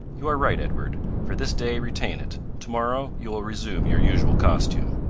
you are right, edward for this day retain it to-morrow you will resume your usual costume.